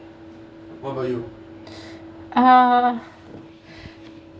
uh